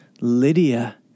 Lydia